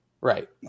right